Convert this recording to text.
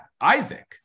Isaac